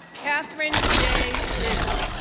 katherine j. lew